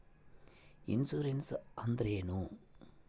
Insurance ಅಂದ್ರೇನು?